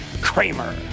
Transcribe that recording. Kramer